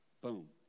Boom